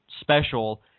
special